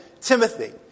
Timothy